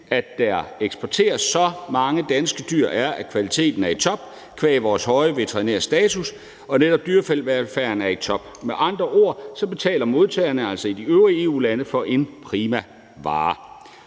at der eksporteres så mange danske dyr, er, at kvaliteten er i top qua vores høje veterinære status, og fordi netop dyrevelfærden er i top. Med andre ord betaler modtagerne i de øvrige EU-lande altså for en prima vare.